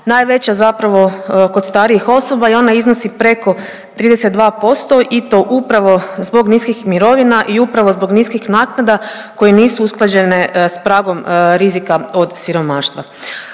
najveća zapravo kod starijih osoba i ona iznosi preko 32% i to upravo zbog niskih mirovina i upravo zbog niskih naknada koje nisu usklađene s pragom rizika od siromaštva.